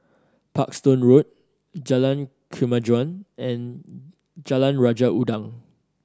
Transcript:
Parkstone Road Jalan Kemajuan and Jalan Raja Udang